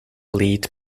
lead